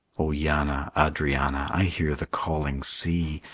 o yanna, adrianna, i hear the calling sea,